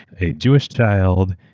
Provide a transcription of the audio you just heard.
a jewish child,